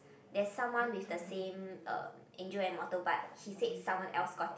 there's someone with the same uh angel and mortal but he said someone else got it